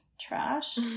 trash